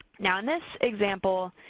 now in this example,